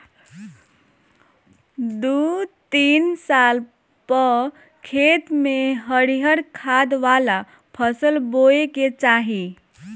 दू तीन साल पअ खेत में हरिहर खाद वाला फसल बोए के चाही